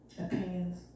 opinions